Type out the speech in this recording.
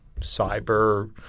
Cyber